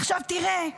עכשיו תראה,